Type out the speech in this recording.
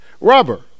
Rubber